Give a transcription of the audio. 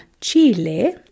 Chile